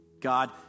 god